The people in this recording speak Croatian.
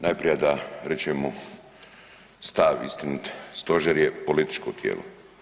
Najprije da rečemo stav istinit, Stožer je političko tijelo.